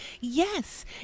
Yes